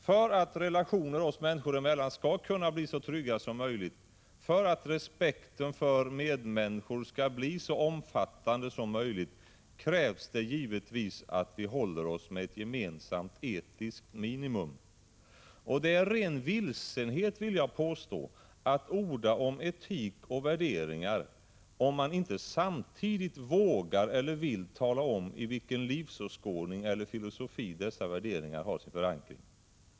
För att relationer oss människor emellan skall kunna bli så trygga som möjligt, för att respekten för medmänniskor skall bli så omfattande som möjligt, krävs det givetvis att vi håller oss med ett gemensamt etiskt minimum. Och det är ren vilsenhet, vill jag påstå, att orda om etik och värderingar, om man inte samtidigt vågar eller vill tala om i vilken livsåskådning eller filosofi dessa värderingar har sin förankring.